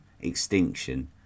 extinction